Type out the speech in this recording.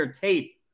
tape